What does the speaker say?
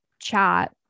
chat